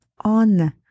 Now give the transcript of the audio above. on